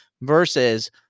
versus